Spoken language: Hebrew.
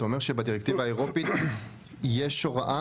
אתה אומר שבדירקטיבה האירופית יש הוראה